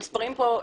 המספרים לפנינו.